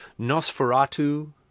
Nosferatu